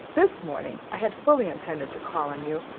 this morning i had fully intended to call on you,